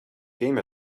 game